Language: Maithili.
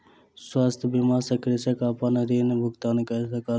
शस्य बीमा सॅ कृषक अपन ऋण भुगतान कय सकल